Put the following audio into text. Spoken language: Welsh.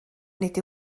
nid